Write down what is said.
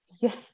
yes